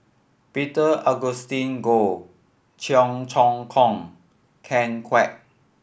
Peter Augustine Goh Cheong Choong Kong Ken Kwek